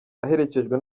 aherekejwe